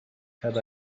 had